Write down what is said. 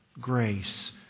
Grace